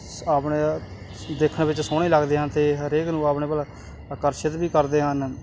ਸ ਆਪਣੇ ਦੇਖਣ ਵਿੱਚ ਸੋਹਣੇ ਲੱਗਦੇ ਹਨ ਅਤੇ ਹਰੇਕ ਨੂੰ ਆਪਣੇ ਵੱਲ ਆਕਰਸ਼ਿਤ ਵੀ ਕਰਦੇ ਹਨ